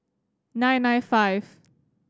nine nine five